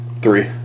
Three